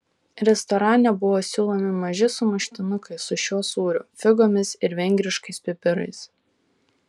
restorane buvo siūlomi maži sumuštinukai su šiuo sūriu figomis ir vengriškais pipirais